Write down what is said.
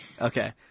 Okay